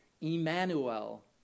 Emmanuel